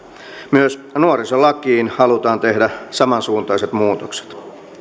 myös nuorisolakiin halutaan tehdä samansuuntaiset muutokset